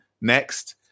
next